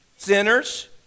Sinners